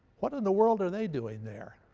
what in the world are they doing there?